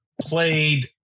played